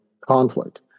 conflict